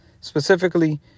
specifically